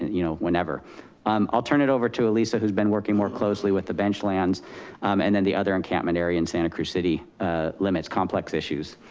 you know, whenever um i'll turn it over to elissa, who's been working more closely with the bench lands and then the other encampment area in santa cruz city limits, complex issues.